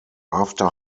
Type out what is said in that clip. after